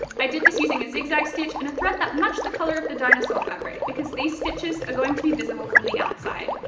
i did this using a zig-zag stitch in a thread that matched the colour of the dinosaur fabric because these stitches are going to be visible from the outside.